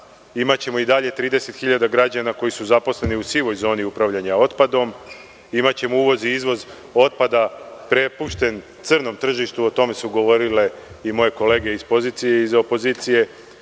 Imaćemo i dalje 30.000 građana koji su zaposleni u sivoj zoni upravljanja otpadom. Imaćemo uvoz i izvoz otpada prepušten crnom tržištu. O tome su govorile moje kolege i iz pozicije i opozicije.